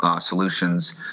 solutions